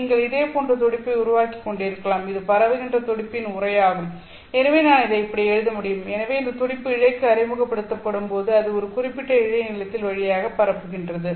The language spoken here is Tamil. நீங்கள் இதே போன்ற துடிப்பை உருவாக்கிக்கொண்டிருக்கலாம் இது பரவுகின்ற துடிப்பின் உறை ஆகும் எனவே நான் இதை இப்படி எழுத வேண்டும் எனவே இந்த துடிப்பு இழைக்கு அறிமுகப்படுத்தப்படும்போது அது ஒரு குறிப்பிட்ட இழை நீளத்தின் வழியாக பரப்புகிறது